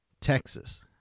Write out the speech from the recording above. Texas